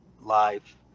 life